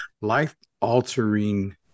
Life-altering